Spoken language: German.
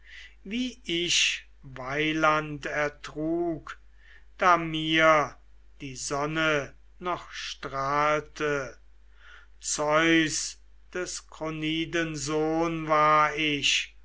wie ich weiland ertrug da mir die sonne noch strahlte zeus des kroniden sohn war ich